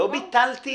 לא ביטלתי.